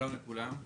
שלום לכולם.